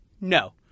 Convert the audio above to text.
No